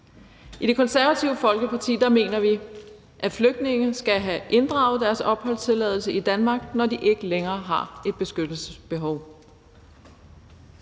I Det Konservative Folkeparti mener vi, at flygtninge skal have inddraget deres opholdstilladelse i Danmark, når de ikke længere har et beskyttelsesbehov.